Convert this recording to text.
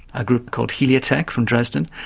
a group called heliatek from dresden,